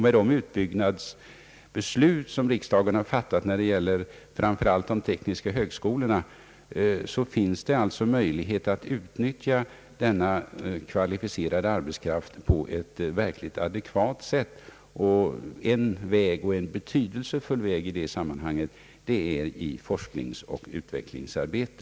Med de utbyggnadsbeslut som riksdagen fattat när det gäller framför allt de tekniska högskolorna finns det alltså möjlighet att utnyttja denna kvalificerade arbetskraft på ett verkligt adekvat sätt. En betydelsefull väg i det sammanhanget är att utnyttja den i forskningsoch utvecklingsarbete.